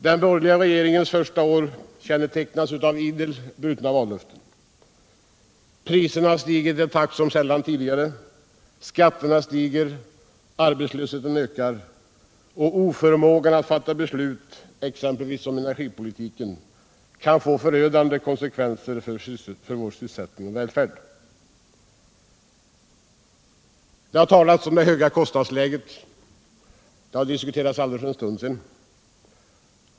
Den borgerliga regeringens första år har kännetecknats av idel brutna vallöften. Priserna har stigit i en takt som sällan tidigare, skatterna stiger, arbetslösheten ökar, och oförmågan att fatta beslut, exempelvis om energipolitiken, kan få förödande konsekvenser för vår sysselsättning och välfärd. Det har talats om det höga kostnadsläget — det har diskuterats alldeles för en stund sedan.